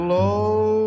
low